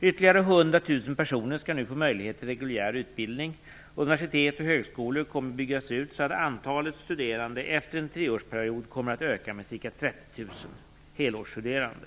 Ytterligare 100 000 personer skall nu få möjlighet till reguljär utbildning. Universitet och högskolor kommer att byggas ut så att antalet studerande efter en treårsperiod kommer att öka med ca 30 000 helårsstuderande.